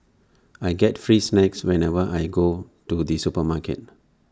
I get free snacks whenever I go to the supermarket